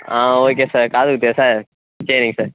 ஆ okay sir காது குத்தியா sir சரிங்க சார்